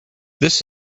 this